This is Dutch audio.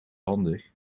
handig